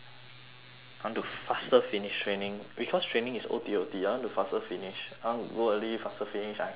I want to faster finish training because training is O_T_O_T I want to faster finish I want to go early faster finish I can go home early